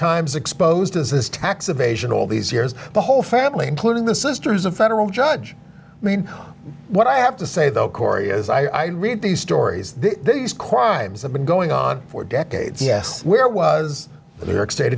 times exposed as his tax evasion all these years the whole family including the sisters a federal judge i mean what i have to say though korea as i read these stories these crimes have been going on for decades yes where was